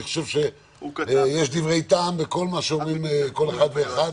אני חושב שיש דברי טעם בכל מה שאומר כל אחד ואחד.